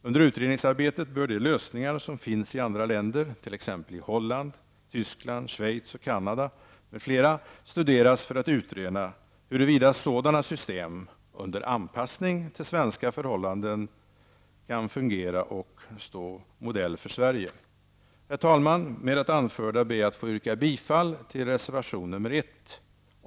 Under utredningsarbetet bör de lösningar som finns i andra länder, t.ex. i Holland, Tyskland, Schweiz, Canada m.fl., studeras för att utröna huruvida sådana system -- under anpassning till svenska förhållanden -- kan fungera och stå modell för Herr talman! Med det anförda ber jag att få yrka bifall till reservation nr 1.